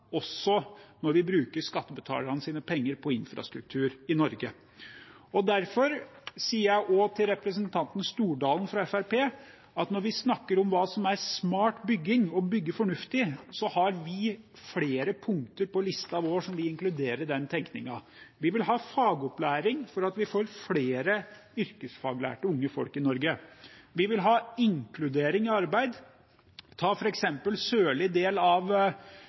også når vi bruker skattebetalernes penger på infrastruktur i Norge. Derfor sier jeg også til representanten Stordalen fra Fremskrittspartiet at når vi snakker om hva som er smart bygging, å bygge fornuftig, har vi flere punkter på listen vår som vi inkluderer i den tenkningen. Vi vil ha fagopplæring, slik at vi får flere yrkesfaglærte unge folk i Norge. Vi vil ha inkludering i arbeid. Ta f.eks. den sørlige delen av